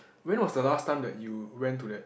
when was the last time that you went to that